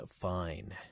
fine